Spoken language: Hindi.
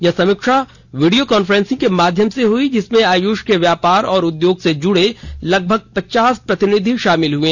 यह समीक्षा वीडियो कांफ्रेंस के माध्यम से हुई जिसमें आयुष के व्यापार और उद्योग से जुडे लगभग पचास प्रतिनिधि शामिल हुए